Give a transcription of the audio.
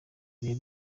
yari